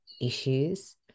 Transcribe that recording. issues